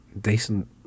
decent